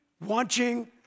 watching